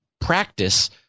practice